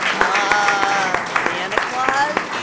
ah santa claus?